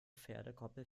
pferdekoppel